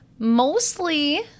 mostly